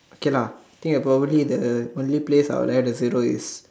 okay lah I think probably the only place I'll add a zero is